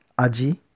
aji